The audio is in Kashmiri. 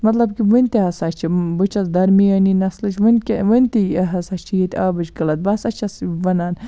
مَطلَب کہِ وٕنہِ تہِ ہَسا چھِ بہٕ چھَس دَرمیٲنی نَسلٕچ وٕنہِ تہِ ہَسا چھِ ییٚتہِ آبٕچ قٕلَت بہٕ ہَسا چھَس وَنان